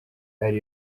ari